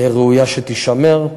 ראויה שתישמר.